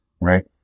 right